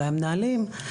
אולי המנהלים.